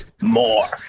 more